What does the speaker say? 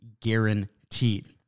guaranteed